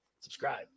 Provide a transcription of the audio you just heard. subscribe